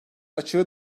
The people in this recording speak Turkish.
açığı